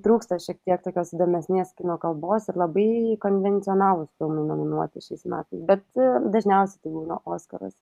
trūksta šiek tiek tokios įdomesnės kino kalbos ir labai konvencionalūs filmai nominuoti šiais metais bet dažniausiai taip būna oskaruos